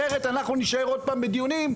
אחרת אנחנו נישאר עוד פעם בדיונים.